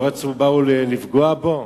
לא רצו, באו לפגוע בו?